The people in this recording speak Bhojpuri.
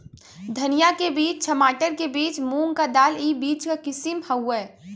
धनिया के बीज, छमाटर के बीज, मूंग क दाल ई बीज क किसिम हउवे